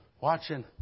watching